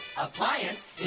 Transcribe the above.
Appliance